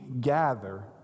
gather